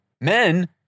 Men